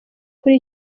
kuri